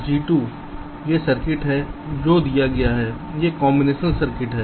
G2 यह circuit है जो दिया गया है यह कॉम्बीनेशन सर्किट है